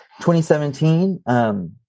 2017